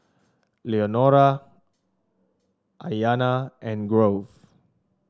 Leonora Aiyana and Grove